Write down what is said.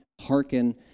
hearken